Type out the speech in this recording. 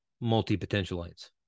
multi-potentialites